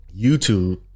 YouTube